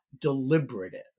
deliberative